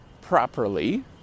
properly